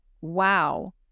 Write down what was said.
wow